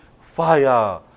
Fire